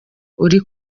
uri